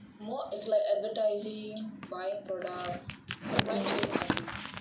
more is like advertising buying product supply chain மாதிரி:maathiri